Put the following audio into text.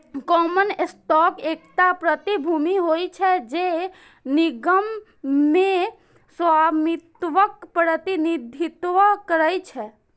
common stock एकटा प्रतिभूति होइ छै, जे निगम मे स्वामित्वक प्रतिनिधित्व करै छै